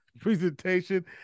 presentation